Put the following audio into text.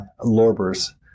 Lorber's